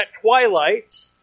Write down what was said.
twilight